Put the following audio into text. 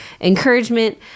encouragement